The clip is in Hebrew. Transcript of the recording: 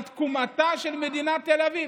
על תקומתה של מדינת תל אביב.